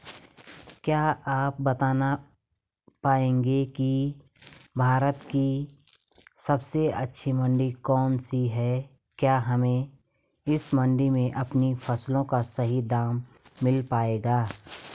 क्या आप बताना पाएंगे कि भारत की सबसे अच्छी मंडी कौन सी है क्या हमें इस मंडी में अपनी फसलों का सही दाम मिल पायेगा?